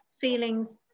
feelings